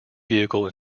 vehicle